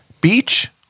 beach